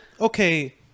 okay